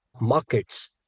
markets